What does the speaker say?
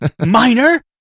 Minor